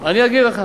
בשביל התבטאויות.